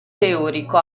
teorico